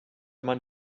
man